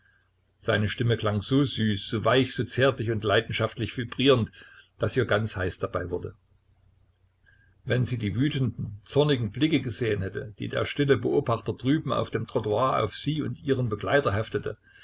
seine stimme klang so süß so weich so zärtlich und leidenschaftlich vibrierend daß ihr ganz heiß dabei wurde wenn sie die wütenden zornigen blicke gesehen hätte die der stille beobachter drüben auf dem trottoir auf sie und ihren begleiter heftete